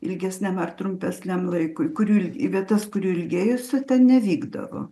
ilgesniam ar trumpesniam laikui kurių il į vietas kurių ilgėjosi ten nevykdavo